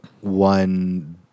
one